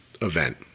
event